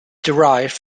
derived